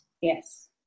yes